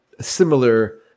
similar